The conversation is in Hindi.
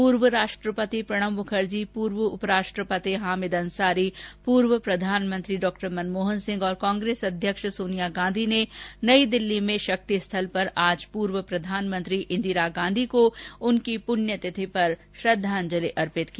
पूर्व राष्ट्रपति प्रणव मुखर्जी पूर्व उपराष्ट्रपति हामिद अंसारी पूर्व प्रधानमंत्री मनमोहन सिंह और कांग्रेस अध्यक्ष सोनिया गांधी ने नई दिल्ली के शक्ति स्थल पर आज पूर्व प्रधानमंत्री इंदिरा गांधी को उनकी पुण्यतिथि पर भावभीनी श्रद्धांजलि अर्पित की